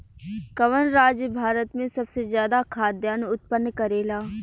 कवन राज्य भारत में सबसे ज्यादा खाद्यान उत्पन्न करेला?